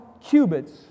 cubits